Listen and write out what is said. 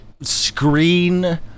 screen